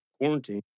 Quarantine